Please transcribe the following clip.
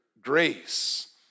grace